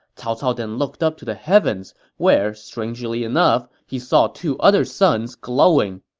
cao cao then looked up to the heavens, where, strangely enough, he saw two other suns glowing.